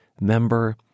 member